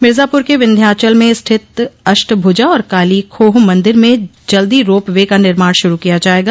मिर्जापुर के विंध्याचल में स्थित अष्टभुजा और कालीखोह मन्दिर में जल्दी रोप वे का निर्माण शुरू किया जायेगा